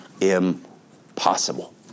impossible